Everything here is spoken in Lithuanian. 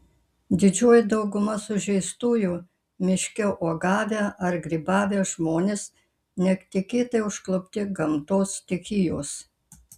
didžioji dauguma sužeistųjų miške uogavę ar grybavę žmonės netikėtai užklupti gamtos stichijos